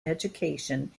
education